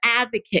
advocate